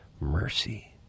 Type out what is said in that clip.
mercy